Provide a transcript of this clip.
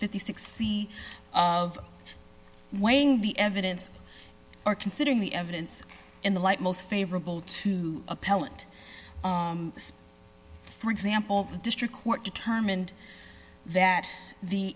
fifty six c of weighing the evidence or considering the evidence in the light most favorable to appellant for example the district court determined that the